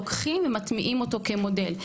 לוקחים ומטמיעים אותו כמודל?